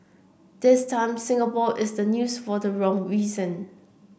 this time Singapore is the news for the wrong reason